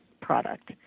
product